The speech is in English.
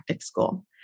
school